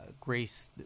grace